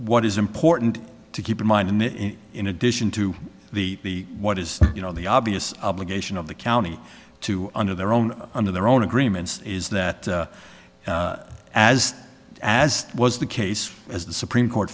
what is important to keep in mind that in addition to the what is you know the obvious obligation of the county to under their own under their own agreements is that as as was the case as the supreme court